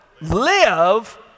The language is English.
live